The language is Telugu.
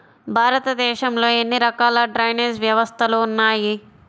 భారతదేశంలో ఎన్ని రకాల డ్రైనేజ్ వ్యవస్థలు ఉన్నాయి?